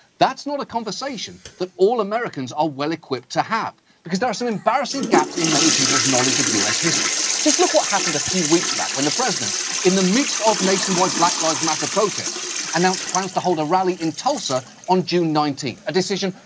that's not a conversation that all american's are well-equipped to have. because there are some embarrassing gaps in many people's knowledge of us history. just look what happened a few weeks back when the president, in the midst of nation-wide black lives matter protests, announced plans to hold a rally in tulsa, on june nineteenth. a decision,